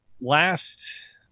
last